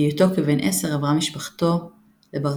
בהיותו כבן 10 עברה משפחתו לברטיסלאבה,